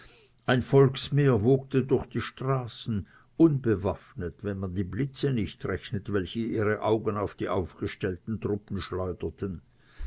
ein volksmeer wogte durch die straßen unbewaffnet wenn man die blitze nicht rechnet welche ihre augen auf die aufgestellten truppen schleuderten